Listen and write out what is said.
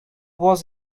was